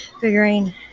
figuring